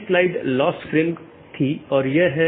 एक stub AS दूसरे AS के लिए एक एकल कनेक्शन है